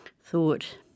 thought